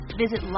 Visit